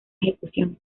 ejecución